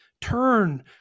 turn